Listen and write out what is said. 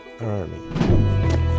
Army